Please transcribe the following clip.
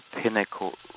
pinnacle